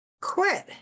quit